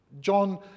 John